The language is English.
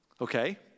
Okay